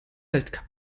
weltcup